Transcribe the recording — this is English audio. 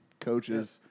coaches